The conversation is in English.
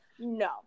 No